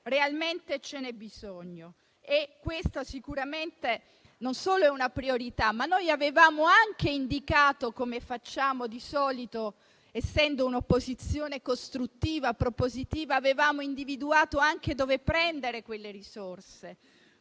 realmente c'è bisogno? Questa sicuramente non solo è una priorità, ma noi avevamo anche indicato - come facciamo di solito, essendo un'opposizione costruttiva e propositiva - dove reperire quelle risorse,